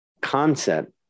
concept